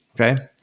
Okay